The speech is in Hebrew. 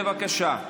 בבקשה.